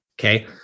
okay